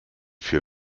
vier